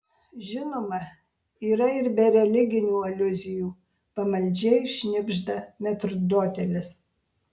žinoma yra ir be religinių aliuzijų pamaldžiai šnibžda metrdotelis